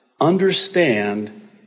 understand